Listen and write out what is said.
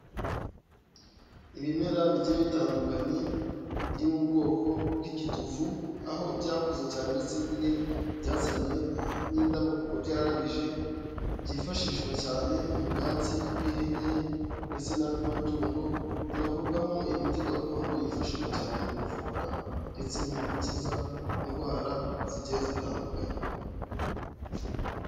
Ibimera bijye bitandukanye biri mu bwoko bw'igituvu aho byakuze cyane ndetse bimwe byazanye n'indabo kuko byararabije, byifashishwa cyane mu bwatsi bw'ihene ndetse n'andi matungo, binakorwarwamo imiti gakondo yifashishwa cyane mu kuvura ndetse no mu gukiza indwara zigiye zitandukanye.